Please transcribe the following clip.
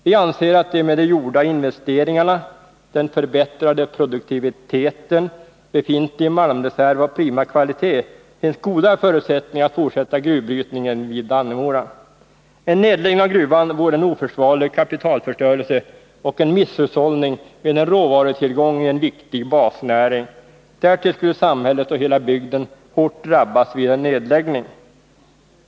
Vi anser att det med de gjorda investeringarna, den förbättrade produktiviteten, befintlig malmreserv och prima kvalitet finns goda förutsättningar att fortsätta gruvbrytningen vid Dannemora. En nedläggning av gruvan vore en oförsvarlig kapitalförstörelse och en misshushållning med en råvarutillgång i en viktig basnäring. Därtill skulle samhället och hela bygden hårt drabbas vid en nedläggning.